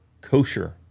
kosher